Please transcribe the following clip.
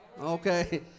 okay